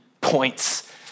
points